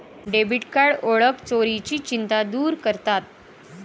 debit card ओळख चोरीची चिंता दूर करतात